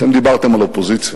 אתם דיברתם על אופוזיציה.